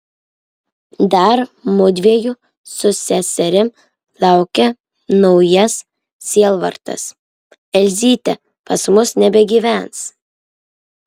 dar mudviejų su seserim laukia naujas sielvartas elzytė pas mus nebegyvens